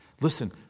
Listen